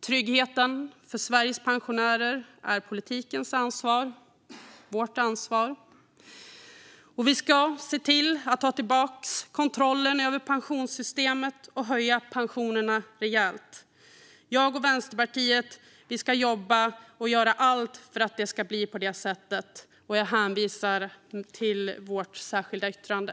Tryggheten för Sveriges pensionärer är politikens ansvar - vårt ansvar. Och vi ska se till att ta tillbaka kontrollen över pensionssystemet och höja pensionerna rejält. Jag och Vänsterpartiet ska jobba och göra allt för att det ska bli på det sättet. Jag hänvisar till vårt särskilda yttrande.